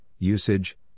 usage